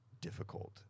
difficult